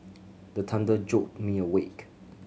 the thunder jolt me awake